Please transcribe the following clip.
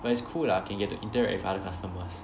but it's cool lah can get to interact with other customers